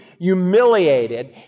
humiliated